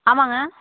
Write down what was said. ஆமாம்ங்க